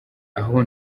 aho